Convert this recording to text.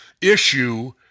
issue